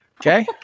Okay